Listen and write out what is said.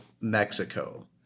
Mexico